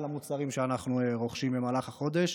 המוצרים שאנחנו רוכשים במהלך החודש,